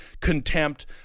contempt